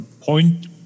point